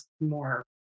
more